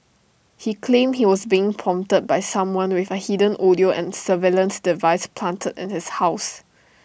he claimed he was being prompted by someone with A hidden audio and surveillance device planted in his house